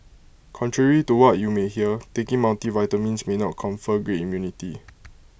contrary to what you may hear taking multivitamins may not confer greater immunity